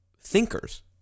thinkers